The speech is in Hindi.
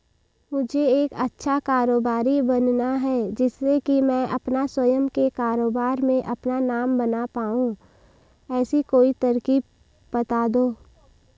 मुझे एक अच्छा कारोबारी बनना है जिससे कि मैं अपना स्वयं के कारोबार में अपना नाम बना पाऊं ऐसी कोई तरकीब पता दो?